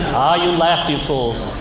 ah, you laugh, you fools.